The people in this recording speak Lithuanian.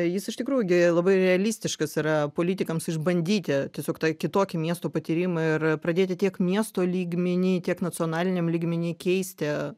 jis iš tikrųjų gi labai realistiškas yra politikams išbandyti tiesiog tą kitokį miesto patyrimą ir pradėti tiek miesto lygmeny tiek nacionaliniam lygmeny keisti